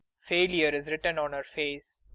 failure is written on her face.